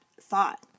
thought